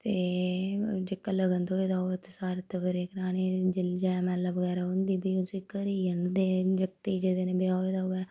ते जेह्के लगन थ्होऐ दा होऐ ते सत्त फेरे कराने जै माला बगैरा होंदी ते फ्ही उसी घरै गी आह्नदे जगतै गी जेह्दे कन्नै ब्याह् होए दा होऐ